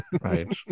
Right